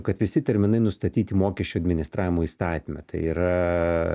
kad visi terminai nustatyti mokesčių administravimo įstatyme tai yra